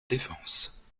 défense